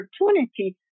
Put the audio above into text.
opportunity